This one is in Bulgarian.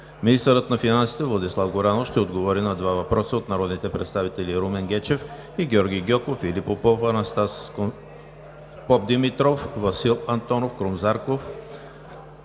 Министърът на финансите Владислав Горанов ще отговори на два въпроса от народните представители Румен Гечев; и Георги Гьоков, Филип Попов, Анастас Попдимитров, Васил Антонов, Крум Зарков